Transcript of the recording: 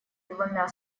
двумя